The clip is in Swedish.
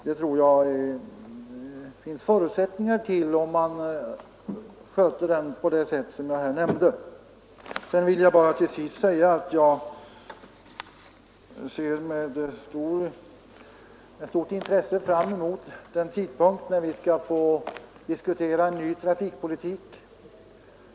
Det tror jag det finns förutsättningar för, om man sköter den på det sätt som jag här nämnde. Till sist vill jag säga att jag med stort intresse ser fram emot den tidpunkt då vi skall få diskutera en ny trafikpolitik.